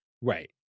Right